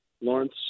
Lawrence